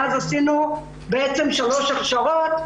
מאז עשינו שלוש הכשרות.